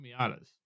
miatas